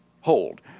hold